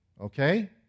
okay